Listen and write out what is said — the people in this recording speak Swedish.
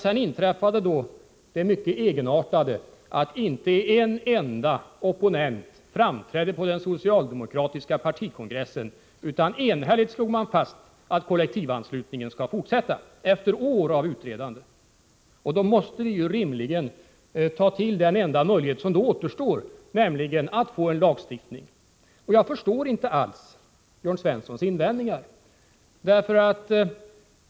Sedan inträffade det mycket egenartade att inte en enda opponent framträdde på den socialdemokratiska partikongressen. Efter år av utredande slog kongressen enhälligt fast att kollektivanslutningen skulle fortsätta. Då måste vi rimligen ta till den enda möjlighet som återstår, nämligen en lagstiftning. Jag förstår inte alls Jörn Svenssons invändningar.